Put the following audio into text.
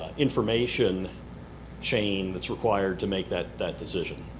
information chain that's required to make that that decision.